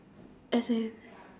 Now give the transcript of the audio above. as in